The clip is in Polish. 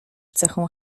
cechą